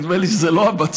נדמה לי שזה לא המצב.